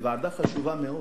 זו ועדה חשובה מאוד.